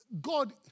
God